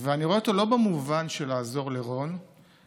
אני רואה אותו לא במובן של לעזור לרון אלא